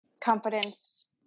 Confidence